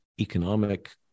economic